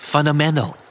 Fundamental